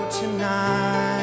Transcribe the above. tonight